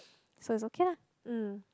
so it's okay lah